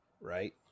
right